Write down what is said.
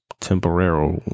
temporary